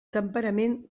temperament